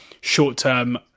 Short-term